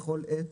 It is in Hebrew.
בכל עת,